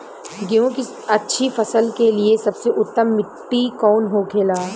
गेहूँ की अच्छी फसल के लिए सबसे उत्तम मिट्टी कौन होखे ला?